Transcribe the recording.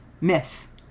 miss